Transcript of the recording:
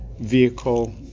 vehicle